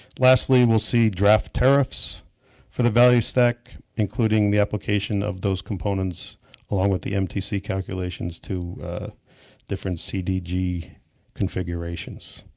lastly we will see draft tariffs for the value stack including the application of those components along with the mtc calculations to different cdg configurations.